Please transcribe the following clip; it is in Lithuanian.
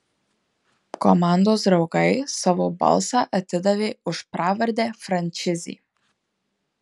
komandos draugai savo balsą atidavė už pravardę frančizė